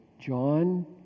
John